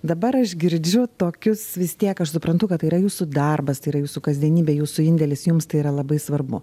dabar aš girdžiu tokius vis tiek aš suprantu kad tai yra jūsų darbas tai yra jūsų kasdienybė jūsų indėlis jums tai yra labai svarbu